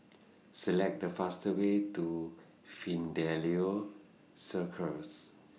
Select The fast Way to Fidelio Circus